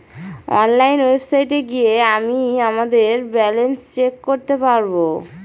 online ওয়েবসাইটে গিয়ে আমিই আমাদের ব্যালান্স চেক করতে পারবো